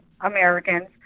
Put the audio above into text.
Americans